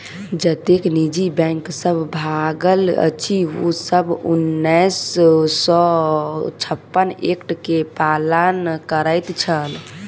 जतेक निजी बैंक सब भागल अछि, ओ सब उन्नैस सौ छप्पन एक्ट के पालन करैत छल